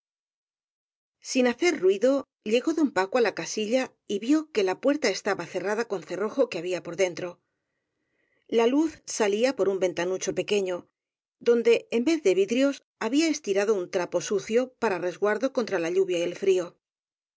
sin hacer ruido llegó don paco á la casilla y vio que la puerta estaba cerrada con cerrojo que ha bía por dentro la luz salía por un ventanucho pequeño donde en vez de vidrios había estirado un trapo sucio para resguardo contra la lluvia y el frío